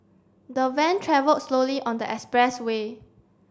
the van travelled slowly on the expressway